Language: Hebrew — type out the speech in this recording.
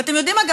ואתם יודעים מה?